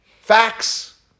Facts